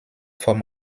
form